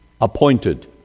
appointed